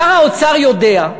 שר האוצר יודע,